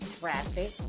traffic